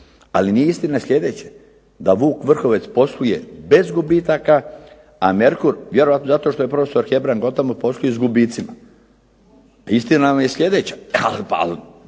Ali nije istina sljedeće, da "Vuk Vrhovec" posluje bez gubitaka, a "Merkur" vjerojatno zato što je profesor Hebrang od tamo posluje s gubicima. Istina vam je sljedeća,